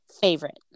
favorite